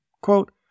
Quote